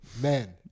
man